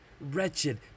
Wretched